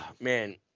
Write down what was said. man